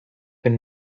been